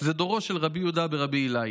זה דורו של ר' יהודה ברבי אילעאי.